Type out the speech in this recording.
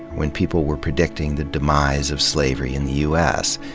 when people were predicting the demise of slavery in the u s.